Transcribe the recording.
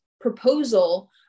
proposal